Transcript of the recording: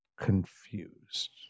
confused